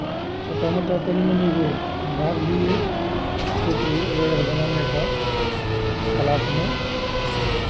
छोटा मोटा तनी मनी गो भाग लिए चित्र वगैरह बनाने का क्लास में